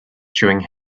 chewing